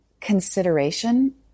consideration